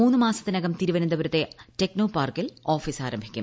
മൂന്ന് മാസത്തിനകം തിരുവനന്തപുരത്ത് ടെക്നോപാർക്കിൽ ഓഫീസ് ആരംഭിക്കും